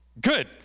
Good